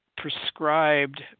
prescribed